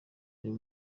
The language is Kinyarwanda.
uyu